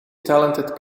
talented